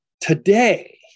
today